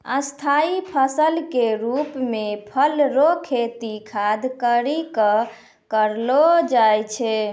स्थाई फसल के रुप मे फल रो खेती खास करि कै करलो जाय छै